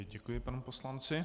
Děkuji panu poslanci.